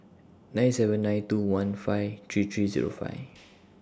nine seven nine two one five three three Zero five